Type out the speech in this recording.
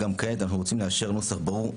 גם כעת אנחנו רוצים לאשר נוסח ברור,